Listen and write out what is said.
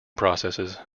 processes